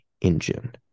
engine